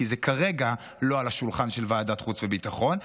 כי זה כרגע לא על השולחן של ועדת החוץ והביטחון,